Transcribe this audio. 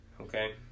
okay